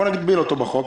בואו נגביל אותו בחוק.